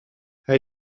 hij